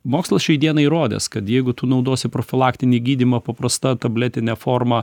mokslas šiai dienai įrodęs kad jeigu tu naudosi profilaktinį gydymą paprasta tabletine forma